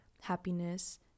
happiness